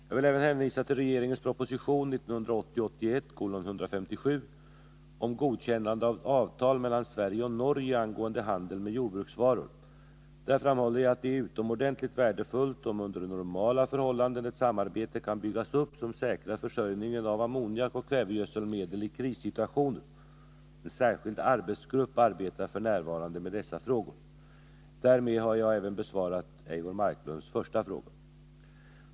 Jag vill även hänvisa till regeringens proposition 1980/81:157 om godkännande av avtal mellan Sverige och Norge angående handeln med jordbruksvaror. Där framhåller jag att det är utomordentligt värdefullt om under normala förhållanden ett samarbete kan byggas upp som säkrar försörjningen av ammoniak och kvävegödselmedel i krissituationer. En särskild arbetsgrupp arbetar f. n. med dessa frågor. Därmed har jag även besvarat Eivor Marklunds första fråga.